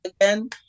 again